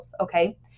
okay